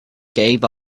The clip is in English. gave